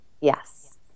Yes